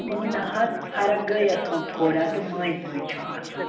نَہ حظ فرق گٔیَس وۄنۍ تھوڑا تہٕ مٔنٛزۍ مٔنٛزۍ چھِ آسان